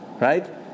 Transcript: right